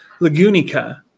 Lagunica